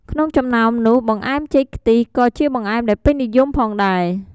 ក្នុងចំណោមនោះបង្អែម ចេកខ្ទិះក៏ជាបង្អែមដែលពេញនិយមផងដែរ។